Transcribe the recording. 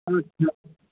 हाँ जौं